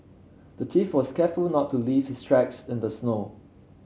the thief was careful to not leave his tracks in the snow